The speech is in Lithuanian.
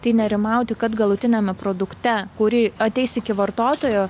tai nerimauti kad galutiniame produkte kuri ateis iki vartotojo